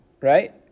right